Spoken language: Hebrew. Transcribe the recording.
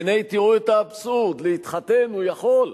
והנה, תראו את האבסורד: להתחתן הוא יכול,